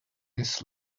this